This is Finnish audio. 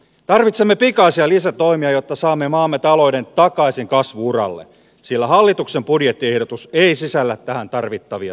tarvitsemme pikaisia lisätoimia jotta saamme maamme talouden takaisin kasvu uralle sillä hallituksen budjettiehdotus ei sisällä tähän tarvittavia työkaluja